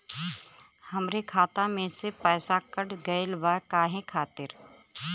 हमरे खाता में से पैसाकट गइल बा काहे खातिर?